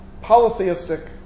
polytheistic